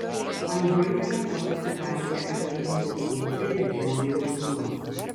android telefonuose galite aktyvinti funkciją lietimo jautrumas